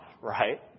right